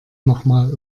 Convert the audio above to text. nochmal